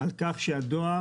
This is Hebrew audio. על כך שהדואר